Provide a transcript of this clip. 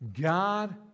god